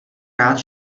rád